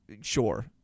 Sure